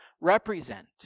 represent